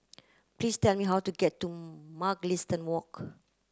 please tell me how to get to Mugliston Walk